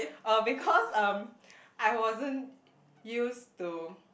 uh because um I wasn't used to